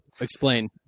Explain